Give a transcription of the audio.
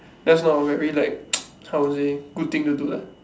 that's not a very like how to say good thing to do lah